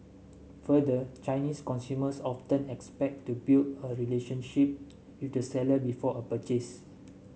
further Chinese consumers often expect to build a relationship with the seller before a purchase